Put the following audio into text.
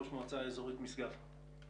ראש המועצה האזורית משגב.